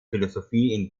philosophie